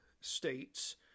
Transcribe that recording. states